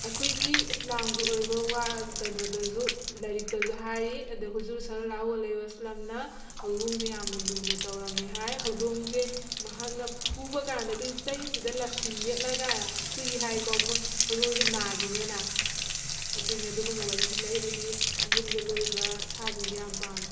ꯑꯩꯈꯣꯏꯒꯤ ꯏꯁꯂꯥꯝꯒꯤ ꯑꯣꯏꯕ ꯋꯥ ꯀꯩꯅꯣꯗꯁꯨ ꯂꯥꯏꯔꯤꯛꯇꯁꯨ ꯍꯥꯏꯔꯤ ꯑꯗ ꯍꯨꯖꯨꯔ ꯁꯍꯥꯂꯨ ꯑꯁꯂꯝꯅ ꯍꯧꯗꯣꯡꯁꯦ ꯌꯥꯝꯅ ꯂꯨꯅ ꯇꯧꯔꯝꯃꯦ ꯍꯥꯏ ꯍꯧꯗꯣꯡꯁꯦ ꯃꯍꯥꯛꯅ ꯐꯨꯕ ꯀꯥꯟꯗ ꯑꯩꯈꯣꯏꯒꯤ ꯆꯩꯁꯤꯗ ꯂꯁꯤꯡ ꯌꯦꯠꯂꯒ ꯐꯨꯏ ꯍꯥꯏꯀꯣ ꯃꯣꯏ ꯍꯧꯗꯣꯡꯁꯦ ꯅꯥꯈꯤꯅꯦꯅ ꯑꯗꯨꯅꯦ ꯑꯗꯨꯒꯨꯝꯕ ꯋꯥꯔꯤꯁꯨ ꯂꯩ ꯑꯩꯗꯤ ꯌꯨꯝꯗ ꯂꯣꯏꯕ ꯁꯥꯁꯤꯡꯁꯦ ꯌꯥꯝ ꯄꯥꯝꯃꯤ